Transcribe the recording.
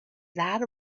that